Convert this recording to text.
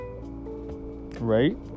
right